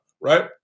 right